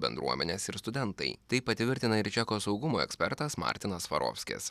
bendruomenės ir studentai tai patvirtina ir čekų saugumo ekspertas martinas svarovskis